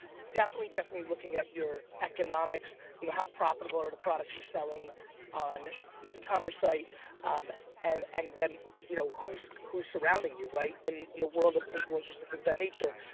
definitely, definitely looking at your economics, you know how profitable are the products you're selling on the ecommerce site and and then you know who's who's surrounding you, right? in in the world of influencers, the things that nature,